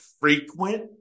frequent